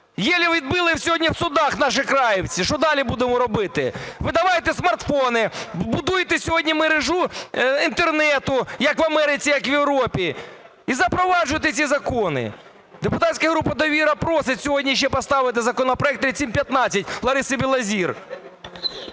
Еле отбили сьогодні в судах наші краївці. Що далі будемо робити? Видавайте смартфони, будуйте сьогодні мережу Інтернет, як в Америці, як в Європі, і запроваджуйте ці закони. Депутатська група "Довіра" просить сьогодні ще поставити законопроект 3715 Лариси Білозір.